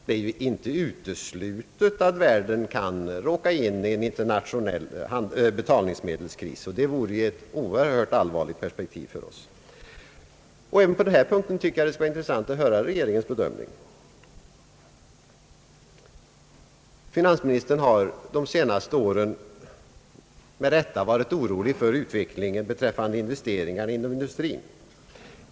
Det är inte uteslutet att världen kan råka in i en internationell betalningsmedelskris, och det vore ett oerhört allvarligt perspektiv för oss. även på denna punkt skulle det vara intressant att höra regeringens bedömning. Finansministern har de senaste åren med rätta varit orolig för utvecklingen beträffande investeringarna inom industrin.